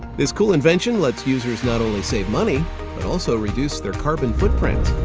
this cool invention lets users not only save money but also reduce their carbon footprint.